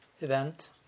event